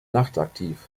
nachtaktiv